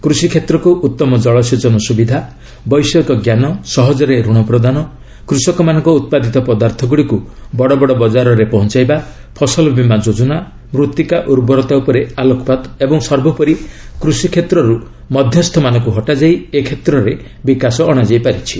କୃଷିକ୍ଷେତ୍ରକୁ ଉତ୍ତମ ଜଳସେଚନ ସୁବିଧା ବୈଷୟିକ ଜ୍ଞାନ ସହଜରେ ରଣ ପ୍ରଦାନ କୃଷକମାନଙ୍କ ଉତ୍ପାଦିତ ପଦାର୍ଥଗୁଡ଼ିକୁ ବଡ଼ବଡ଼ ବଜାରରେ ପହଞ୍ଚାଇବା ଫସଲ ବୀମା ଯୋଜନା ମୃତ୍ତିକା ଉର୍ବରତା ଉପରେ ଆଲୋକପାତ ଓ ସର୍ବୋପରି କୃଷିକ୍ଷେତ୍ରରୁ ମଧ୍ୟସ୍ଥମାନଙ୍କୁ ହଟାଯାଇ ଏ କ୍ଷେତ୍ରରେ ବିକାଶ ଅଣାଯାଇ ପାରିଛି